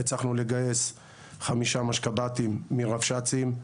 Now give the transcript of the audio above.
הצלחנו לגייס 5 משקב"טים מרבש"צים,